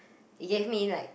it gave me like